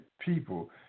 people